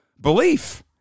belief